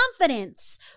confidence